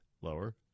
lower